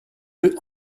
œufs